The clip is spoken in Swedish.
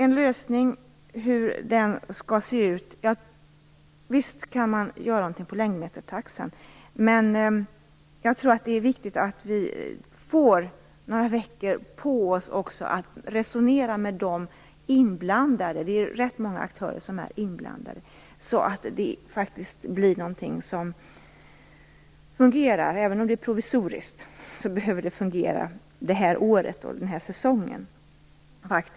Så har vi då frågan om hur en lösning kan se ut. Visst kan man göra något när det gäller längdmetertaxan. Men jag tror att det är viktigt att vi får några veckor på oss för att resonera med de inblandade - det är ganska många som är inblandade - så att det blir en lösning som fungerar. Även om den blir en provisorisk så behöver den fungera det här året och den här säsongen.